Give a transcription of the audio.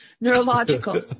Neurological